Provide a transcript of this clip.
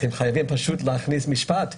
אז הם חייבים פשוט להכניס משפט,